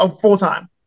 full-time